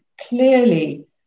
clearly